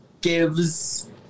gives